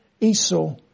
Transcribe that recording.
Esau